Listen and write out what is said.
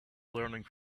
learning